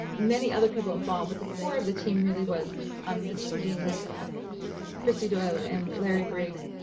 many other people involved, but the core of the team really was um the two deans, christy doyle and larry briggs.